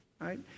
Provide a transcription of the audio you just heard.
Right